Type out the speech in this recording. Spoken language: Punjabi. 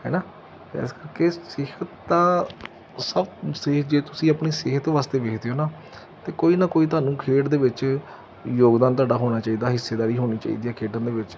ਹੈ ਨਾ ਇਸ ਕਰਕੇ ਸਿਹਤ ਤਾਂ ਸਭ ਸਿਹਤ ਜੇ ਤੁਸੀਂ ਆਪਣੀ ਸਿਹਤ ਵਾਸਤੇ ਵੇਖਦੇ ਹੋ ਨਾ ਅਤੇ ਕੋਈ ਨਾ ਕੋਈ ਤੁਹਾਨੂੰ ਖੇਡ ਦੇ ਵਿੱਚ ਯੋਗਦਾਨ ਤੁਹਾਡਾ ਹੋਣਾ ਚਾਹੀਦਾ ਹਿੱਸੇਦਾਰੀ ਹੋਣੀ ਚਾਹੀਦੀ ਹੈ ਖੇਡਣ ਦੇ ਵਿੱਚ